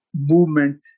movement